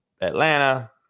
Atlanta